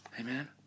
Amen